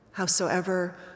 howsoever